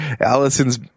Allison's